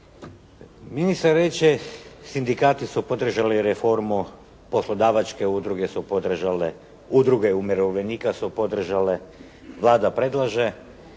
Ministar reče sindikati su podržali reformu, poslodavačke udruge su podržale, udruge umirovljenika su podržale, Vlada predlaže.